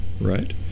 right